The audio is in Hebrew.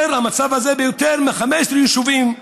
המצב הזה מתקיים ביותר מ-15 יישובים,